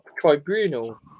tribunal